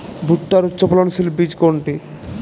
ভূট্টার উচ্চফলনশীল বীজ কোনটি?